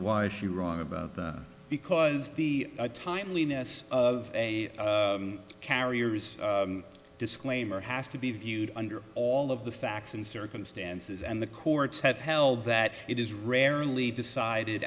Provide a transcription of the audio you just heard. why is she wrong about that because the timeliness of a carrier's disclaimer has to be viewed under all of the facts and circumstances and the courts have held that it is rarely decided